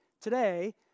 Today